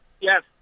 Yes